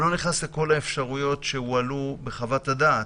אני לא נכנס לכל האפשרויות שהועלו בחוות הדעת,